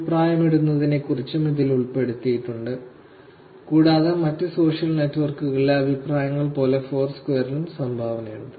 അഭിപ്രായമിടുന്നതിനെക്കുറിച്ചും ഇതിൽ ഉൾപ്പെടുത്തിയിട്ടുണ്ട് കൂടാതെ മറ്റ് സോഷ്യൽ നെറ്റ്വർക്കുകളിലെ അഭിപ്രായങ്ങൾ പോലെ ഫോർസ്ക്വയറിലും സംഭാവനയുണ്ട്